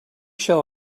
shall